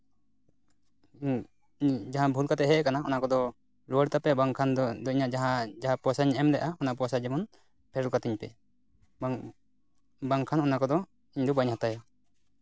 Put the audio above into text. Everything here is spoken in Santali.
ᱡᱟᱦᱟᱸ ᱵᱷᱩᱞ ᱠᱟᱛᱮ ᱦᱮᱡ ᱠᱟᱱᱟ ᱚᱱᱟ ᱠᱚᱫᱚ ᱨᱩᱣᱟᱹᱲ ᱛᱟᱯᱮ ᱵᱟᱝᱠᱷᱟᱱ ᱫᱚ ᱤᱧᱟᱹᱜ ᱡᱟᱦᱟᱸ ᱡᱟᱦᱟᱸ ᱯᱚᱭᱥᱟᱧᱮᱢ ᱞᱮᱜᱼᱟ ᱚᱱᱟ ᱯᱚᱭᱥᱟ ᱡᱮᱢᱚᱱ ᱯᱷᱮᱨᱚᱛ ᱠᱟᱹᱛᱤᱧ ᱯᱮ ᱵᱟᱝ ᱵᱟᱝᱠᱷᱟᱱ ᱚᱱᱟ ᱠᱚᱫᱚ ᱤᱧ ᱫᱚ ᱵᱟᱹᱧ ᱦᱟᱛᱟᱭᱟ